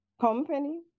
company